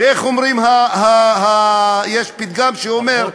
יש פתגם שאומר,